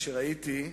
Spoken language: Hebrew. כשראיתי,